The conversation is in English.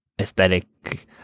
aesthetic